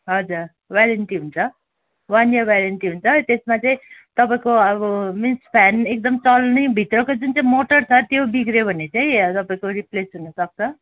हजुर वारन्टी हुन्छ one year warranty हुन्छ त्यसमा चाहिँ तपाईँको अब मिन्स फ्यान एकदम चल्ने भित्रको जुन मोटर छ त्यो बिग्रियो भने चाहिँ तपाईँको रिप्लेस हुनुसक्छ